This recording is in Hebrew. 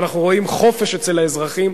ואנחנו רואים חופש אצל האזרחים.